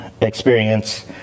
experience